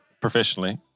professionally